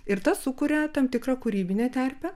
ir tas sukuria tam tikrą kūrybinę terpę